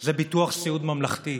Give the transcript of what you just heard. זה ביטוח סיעוד ממלכתי.